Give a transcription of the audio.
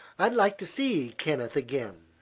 i'd like to see kenneth again.